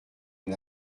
une